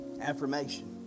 affirmation